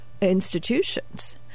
institutions